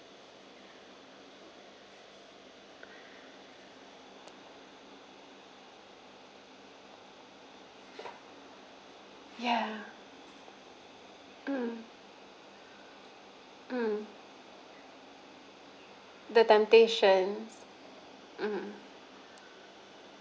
ya mm mm the temptations mm